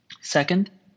Second